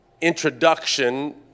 introduction